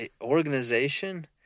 organization